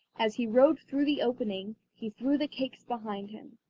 as he rode through the opening he threw the cakes behind him.